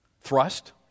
thrust